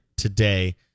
today